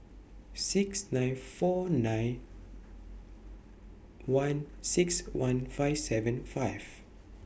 six nine four nine one six one five seven five